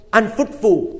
unfruitful